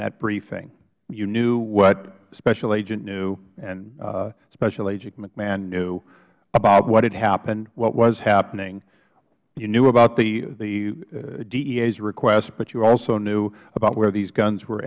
that briefing you knew what special agent newell and special agent mcmahon knew about what had happened what was happening you knew about the dea's request but you also knew about where these guns were